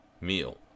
meal